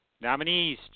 Nominees